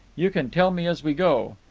you can tell me as we go.